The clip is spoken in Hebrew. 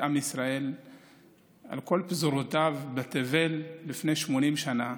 עם ישראל על כל פזורותיו בתבל לפני 80 שנה,